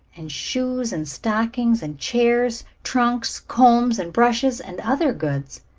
and shoes and stockings, and chairs, trunks, combs and brushes, and other goods.